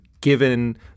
given